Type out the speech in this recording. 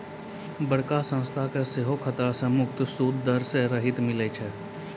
बड़का संस्था के सेहो खतरा से मुक्त सूद दर से राहत मिलै छै